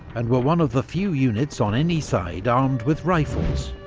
and were one of the few units on any side armed with rifles.